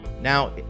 Now